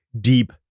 deep